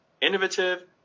Innovative